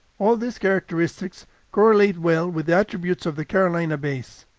all these characteristics correlate well with the attributes of the carolina bays.